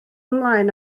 ymlaen